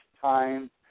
time